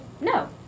no